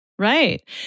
Right